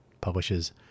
publishes